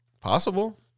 Possible